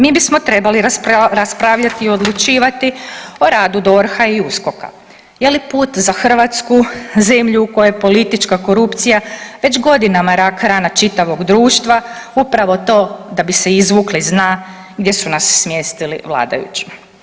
Mi bismo trebali raspravljati i odlučivati o radu DORH-a i USKOK-a, je li put za Hrvatsku zemlju u kojoj je politička korupcija već godina rak rana čitavog društva upravo to da bi se izvukli iz dna gdje su nas smjestili vladajući.